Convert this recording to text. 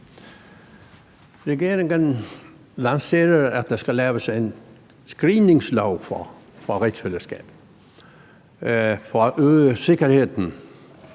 Regeringen lancerede, at der skal laves en screeningslov for rigsfællesskabet for at øge sikkerheden.